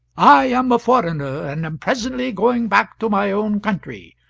i am a foreigner, and am presently going back to my own country,